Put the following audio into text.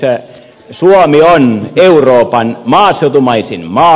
suomi on euroopan maaseutumaisin maa